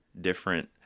different